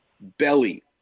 belly